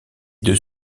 deux